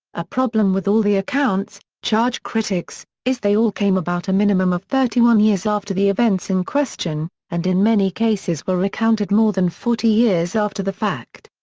a problem with all the accounts, charge critics, is they all came about a minimum of thirty one years after the events in question, and in many cases were recounted more than forty years after the fact.